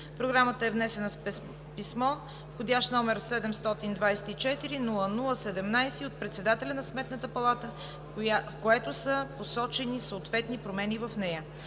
Програмата е внесена с писмо с вх. № 724-00-17 от председателя на Сметната палата, в което са посочени съответни промени в нея.